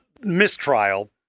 mistrial